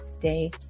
day